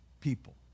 people